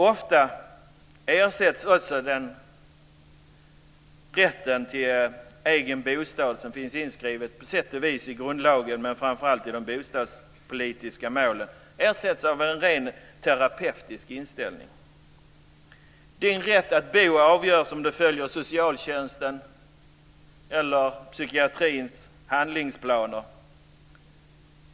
Ofta ersätts också den rätt till egen bostad som finns, på sätt och vis i grundlagen men framför allt i de bostadspolitiska målen, av en rent terapeutisk inställning: Din rätt att bo avgörs av om du följer socialtjänstens eller psykiatrins handlingsplaner.